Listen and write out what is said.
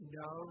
no